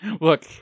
look